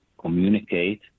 communicate